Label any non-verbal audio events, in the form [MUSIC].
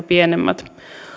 [UNINTELLIGIBLE] pienemmät